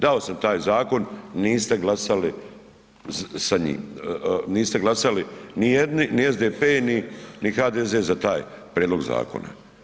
Dao sam taj zakon, niste glasali sa njim, niste glasali ni jedni ni SDP ni HDZ za taj prijedlog zakona.